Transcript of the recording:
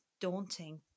daunting